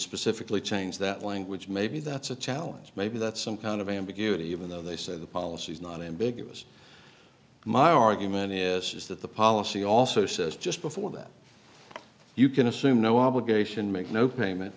specifically change that language maybe that's a challenge maybe that's some kind of ambiguity even though they said the policy is not ambiguous my argument is is that the policy also says just before that you can assume no obligation make no payment